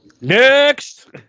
next